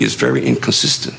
is very inconsistent